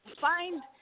find